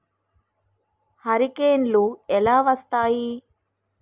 హరికేన్లు ఎలా వస్తాయి?